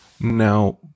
Now